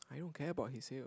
I don't care about his sale